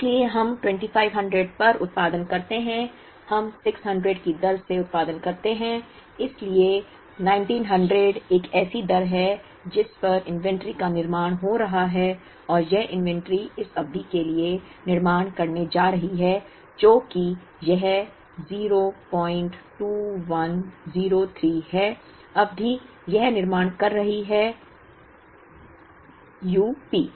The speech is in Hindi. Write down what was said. इसलिए हम 2500 पर उत्पादन करते हैं हम 600 की दर से उत्पादन करते हैं इसलिए 1900 एक ऐसी दर है जिस पर इन्वेंट्री का निर्माण हो रहा है और यह इन्वेंट्री इस अवधि के लिए निर्माण कर रही है जो कि यह 02103 है अवधि यह निर्माण कर रही है यूपी